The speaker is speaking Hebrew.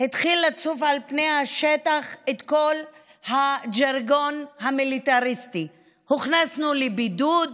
התחיל לצוף מעל פני השטח כל הז'רגון המיליטריסטי: הוכנסנו לבידוד,